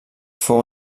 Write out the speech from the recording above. fou